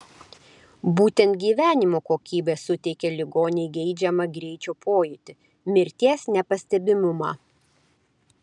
būtent gyvenimo kokybė suteikia ligoniui geidžiamą greičio pojūtį mirties nepastebimumą